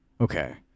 Okay